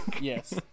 Yes